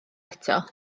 eto